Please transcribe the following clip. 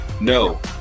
No